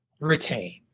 retain